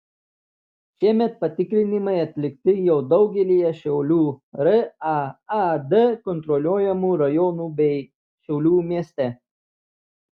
šiemet patikrinimai atlikti jau daugelyje šiaulių raad kontroliuojamų rajonų bei šiaulių mieste